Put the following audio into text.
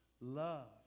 love